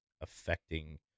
affecting